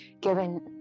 given